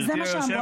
זה מה שאמרו.